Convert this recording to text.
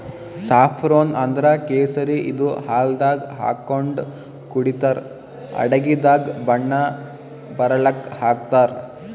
saffron ಅಂದ್ರ ಕೇಸರಿ ಇದು ಹಾಲ್ದಾಗ್ ಹಾಕೊಂಡ್ ಕುಡಿತರ್ ಅಡಗಿದಾಗ್ ಬಣ್ಣ ಬರಲಕ್ಕ್ ಹಾಕ್ತಾರ್